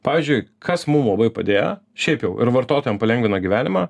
pavyzdžiui kas mum labai padėjo šiaip jau ir vartotojam palengvina gyvenimą